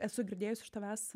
esu girdėjus iš tavęs